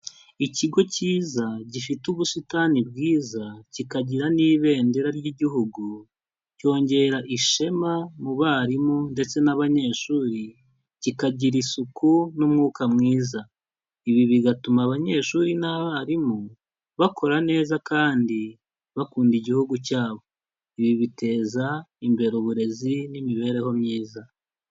Ikigo cyiza gifite ubusitani bwiza kikagira n'Ibendera ry'Igihugu, cyongera ishema mu barimu ndetse n'abanyeshuri kikagira isuku n'umwuka mwiza, ibi bigatuma abanyeshuri n'abarimu bakora neza kandi bakunda igihugu cyabo, ibi biteza imbere uburezi n'imibereho myiza.